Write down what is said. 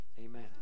amen